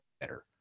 better